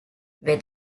were